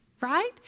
right